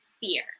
fear